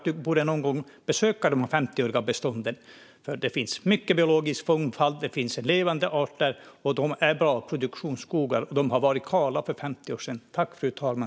Du borde någon gång besöka de här 50-åriga bestånden, Rebecka Le Moine, för det finns mycket biologisk mångfald och levande arter. De är också bra produktionsskogar, och de var kala för 50 år sedan.